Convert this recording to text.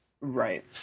Right